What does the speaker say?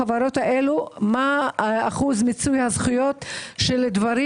בחברות האלה מה אחוז מיצוי הזכויות של דברים